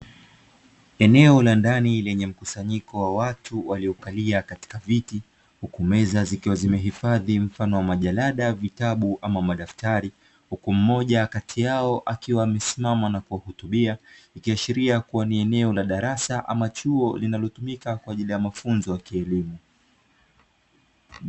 Eneo la ndani lenye mkusanyiko wa watu waliokalia katika viti, huku meza zikiwa zimehifadhi mfano wa majalada, vitabu ama madaftari huku mmoja kati yao akiwa amesimama na kuwahutubia, ikiashiria kuwa ni eneo la darasa ama chuo linalotumika kwa ajili ya mafunzo ya kielimu.